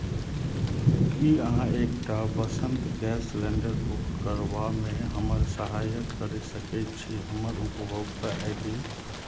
की अहाँ एक टा वसन्त गैस सलेण्डर बुक करबामे हमर सहायक करि सकैत छी हमर उपभोक्ता आइ डी